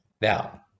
Now